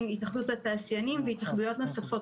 התאחדות התעשיינים והתאחדויות נוספות,